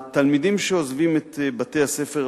התלמידים שעוזבים את בתי-הספר,